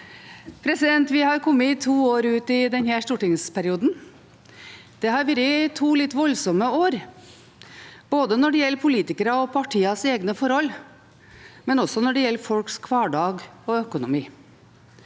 likevel. Vi har kommet to år ut i denne stortingsperioden. Det har vært to litt voldsomme år, både når det gjelder politikeres og partiers egne forhold, og når det gjelder folks hverdag og økonomi.